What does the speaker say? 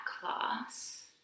class